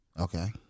Okay